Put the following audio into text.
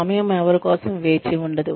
సమయం ఎవరికోసం వేచి ఉండదు